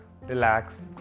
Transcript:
relax